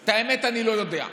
האמת, אני לא יודע.